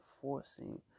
forcing